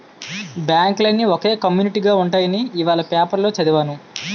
బాంకులన్నీ ఒకే కమ్యునీటిగా ఉంటాయని ఇవాల పేపరులో చదివాను